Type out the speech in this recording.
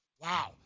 wow